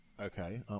Okay